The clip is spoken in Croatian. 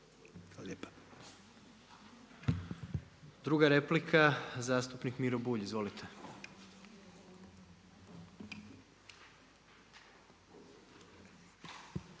(HDZ)** Druga replika, zastupnik Miro Bulj. Izvolite.